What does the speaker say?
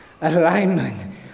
Alignment